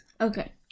Okay